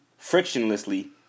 frictionlessly